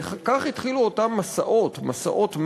כך התחילו אותם מסעות, מסעות מוות,